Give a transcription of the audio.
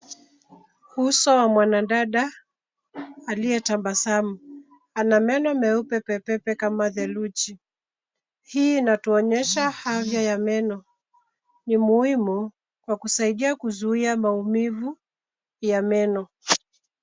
Uso wa mwanadada aliyetabasamu. Anameno meupe pepepe kama theluji. Hii inatuonyesha afya ya meno ni muhimu kwa kusaidia kuzuia maumivu ya meno.